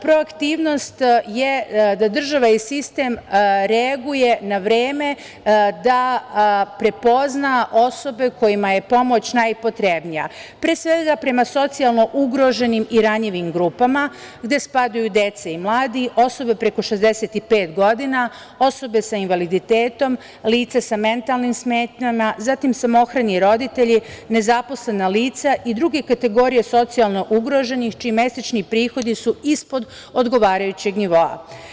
Proaktivnost je da država i sistem reaguju na vreme, da prepoznaju osobe kojima je pomoć najpotrebnija, pre svega prema socijalno ugroženim i ranjivim grupama, gde spadaju deca i mladi, osobe preko 65 godina, osobe sa invaliditetom, lica sa mentalnim smetnjama, zatim samohrani roditelji, nezaposlena lica i druge kategorije socijalno ugroženih čiji mesečni prihodi su ispod odgovarajućeg nivoa.